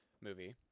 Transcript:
movie